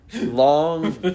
Long